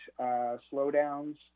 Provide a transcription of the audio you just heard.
slowdowns